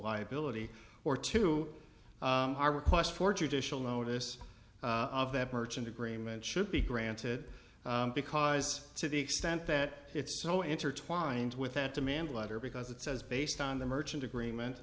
liability or to our request for judicial notice of that merchant agreement should be granted because to the extent that it's so intertwined with that demand letter because it says based on the merchant agreement